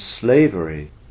slavery